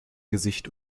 gesicht